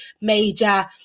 major